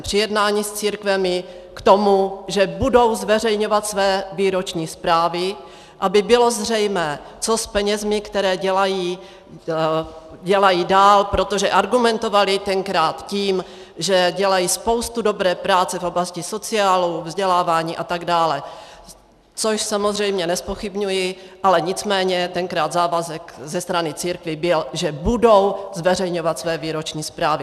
Při jednání s církvemi k tomu, že budou zveřejňovat své výroční zprávy, aby bylo zřejmé, co s penězi dělají dál, protože argumentovaly tenkrát tím, že dělají spoustu dobré práce v oblasti sociálu, vzdělávání atd., což samozřejmě nezpochybňuji, ale nicméně tenkrát závazek ze strany církví byl, že budou zveřejňovat své výroční zprávy.